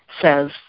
says